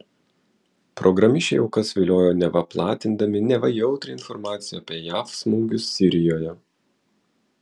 programišiai aukas viliojo neva platindami neva jautrią informaciją apie jav smūgius sirijoje